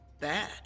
Bad